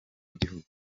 w’igihugu